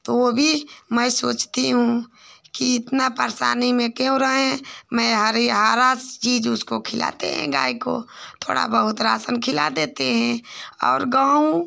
तो वह भी मैं सोचती हूँ कि इतनी परेशानी में क्यों रहें मैं हरी हरा चीज़ उसको खिलाते हैं गाय को थोड़ा बहुत राशन खिला देते हैं और गेहूँ